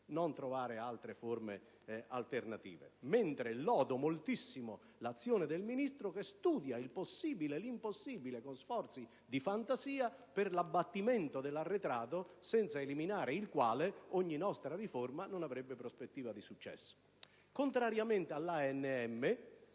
senza trovare forme alternative. Mentre lodo moltissimo l'azione del Ministro che studia il possibile e l'impossibile, con sforzi di fantasia, per l'abbattimento dell'arretrato, senza eliminare il quale ogni nostra riforma non avrebbe prospettiva di successo. Contrariamente